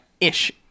Ish